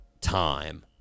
Time